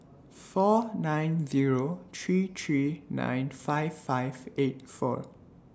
four nine Zero three three nine five five eight four